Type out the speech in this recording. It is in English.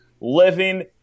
living